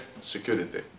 security